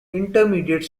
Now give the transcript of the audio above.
intermediate